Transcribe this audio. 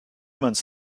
months